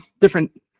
different